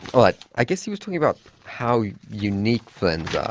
but i guess he was talking about how unique friends are.